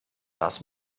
das